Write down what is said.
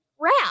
wrap